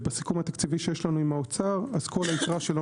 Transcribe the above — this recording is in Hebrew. בסיכום התקציבי שיש לנו עם האוצר כל היתרה שלא